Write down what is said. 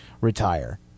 retire